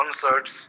concerts